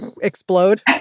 explode